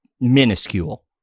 minuscule